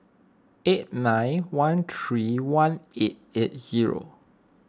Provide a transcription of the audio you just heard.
eight nine one three one eight eight zero